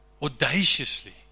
audaciously